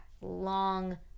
long